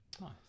Nice